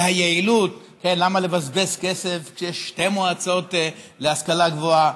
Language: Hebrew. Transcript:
זה היעילות: למה לבזבז כסף כשיש שתי מועצות להשכלה גבוהה,